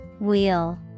Wheel